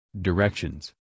Directions